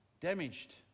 damaged